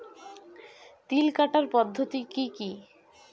তিল কাটার পদ্ধতি কি কি?